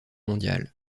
mondiale